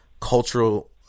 cultural